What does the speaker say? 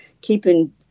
Keeping